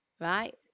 right